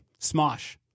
Smosh